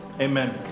amen